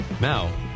Now